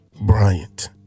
Bryant